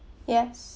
yes